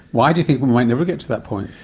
why do you think we might never get to that point?